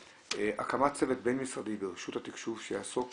הקמת צוות בין משרדי ברשות התקשוב שיעסוק